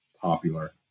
popular